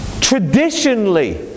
traditionally